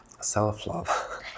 self-love